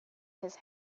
his